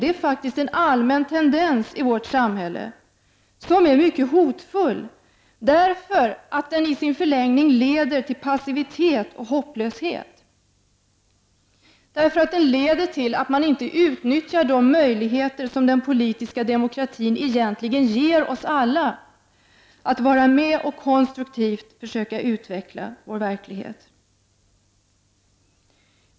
Det är faktiskt en allmän tendens i vårt samhälle och som är mycket hotfull. I sin förlängning leder den till passivitet och hopplöshet och till att människor inte utnyttjar de möjligheter som den politiska demokratin egentligen ger oss alla, nämligen att vara med att konstruktivt försöka utveckla verkligheten.